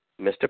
Mr